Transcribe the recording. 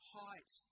height